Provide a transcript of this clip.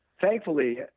thankfully